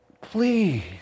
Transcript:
Please